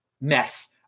mess